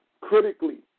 critically